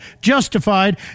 justified